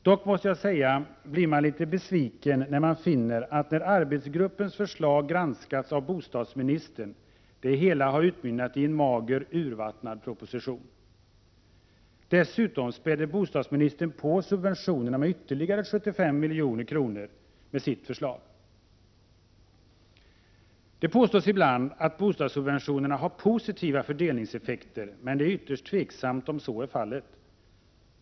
Dock måste jag säga att man blir litet besviken, när man finner att arbetsgruppens förslag, när det har granskats av bostadsministern, utmynnar i en mager, urvattnad proposition. Dessutom späder bostadsministern på subventionerna med ytterligare 75 milj.kr. med sitt förslag. Det påstås ibland att bostadssubventionerna har positiva fördelningseffekter, men det är ytterst tveksamt om så är fallet.